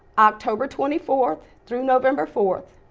october twenty fourth through november fourth.